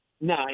No